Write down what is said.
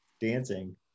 dancing